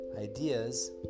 ideas